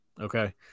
Okay